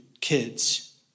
kids